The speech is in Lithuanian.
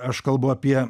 aš kalbu apie